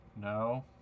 No